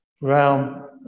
realm